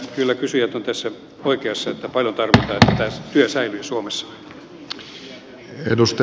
kyllä kysyjät ovat tässä oikeassa että paljon tarvittaisiin että työ säilyy suomessa